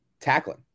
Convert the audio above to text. tackling